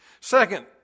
Second